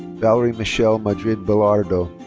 valerie michelle madrid belardo.